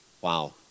Wow